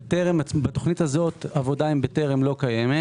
בתוכנית הזו עבודה עם בטרם לא קיימת.